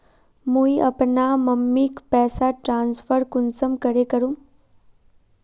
मुई अपना मम्मीक पैसा ट्रांसफर कुंसम करे करूम?